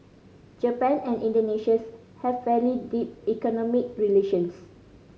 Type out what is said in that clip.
Japan and Indonesia's have fairly deep economic relations